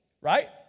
right